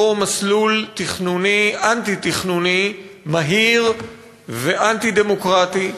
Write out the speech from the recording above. אותו מסלול תכנוני אנטי-תכנוני מהיר ואנטי-דמוקרטי,